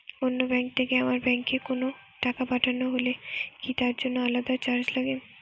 অন্য ব্যাংক থেকে আমার ব্যাংকে কোনো টাকা পাঠানো হলে কি তার জন্য আলাদা চার্জ লাগে?